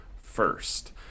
first